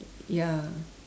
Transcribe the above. ya